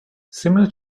similar